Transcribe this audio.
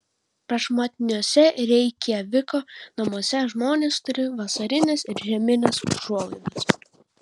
prašmatniuose reikjaviko namuose žmonės turi vasarines ir žiemines užuolaidas